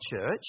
church